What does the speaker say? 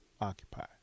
occupy